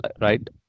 right